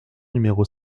numéro